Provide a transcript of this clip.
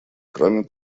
кроме